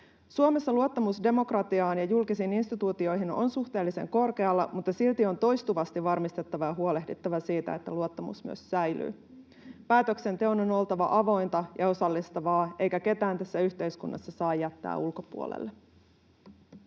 Suomessa luottamus demokratiaan ja julkisiin instituutioihin on suhteellisen korkealla, mutta silti on toistuvasti varmistettava ja huolehdittava siitä, että luottamus myös säilyy. Päätöksenteon on oltava avointa ja osallistavaa, eikä ketään tässä yhteiskunnassa saa jättää ulkopuolelle.